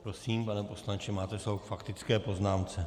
Prosím, pane poslanče, máte slovo k faktické poznámce.